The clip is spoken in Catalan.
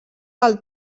del